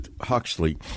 Huxley